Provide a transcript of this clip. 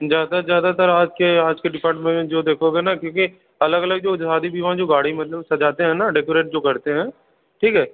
ज़्यादा ज़्यादातर आज के आज के डिपार्ट में जो देखोगे ना क्योंकि अलग अलग जो झाड़ी दिवा जो गाड़ी मतलब सजाते हैं ना डेकोरेट जो करते हैं ठीक है